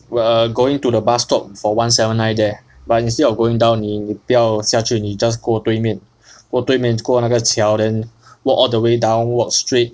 when going to the bus stop for one seven nine there but instead of going down 你你不要下去你 just 过对面过对面过那个桥 then walk all the way down walk straight